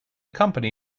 company